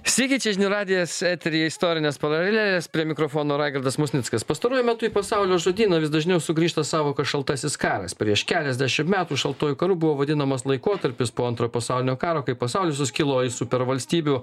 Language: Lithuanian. sveiki čia žinių radijas eteryje istorinės paralelės prie mikrofono raigardas musnickas pastaruoju metu į pasaulio žodyną vis dažniau sugrįžta sąvokos šaltasis karas prieš keliasdešimt metų šaltuoju karu buvo vadinamas laikotarpis po antrojo pasaulinio karo kai pasaulis suskilo į supervalstybių